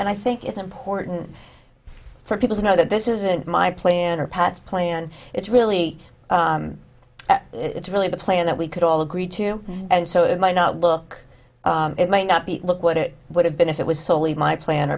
and i think it's important for people to know that this isn't my plan or pat's plan it's really it's really the plan that we could all agree to and so it might not look it might not be look what it would have been if it was solely my plan